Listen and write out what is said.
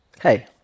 Hey